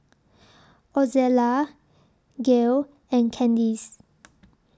Ozella Gail and Candis